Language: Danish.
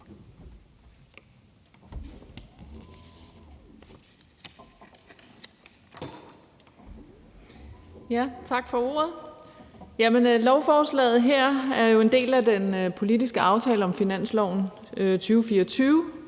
Tak for ordet. Lovforslaget her er jo en del af den politiske aftale om finansloven 2024,